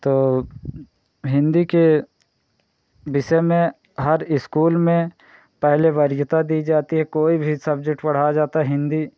तो हिन्दी के विषय में हर इस्कूल में पहले वरीयता दी जाती है कोई भी सब्जेक्ट पढ़ा जाता हिन्दी